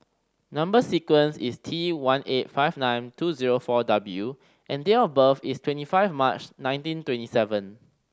number sequence is T one eight five nine two zero four W and date of birth is twenty five March nineteen twenty seven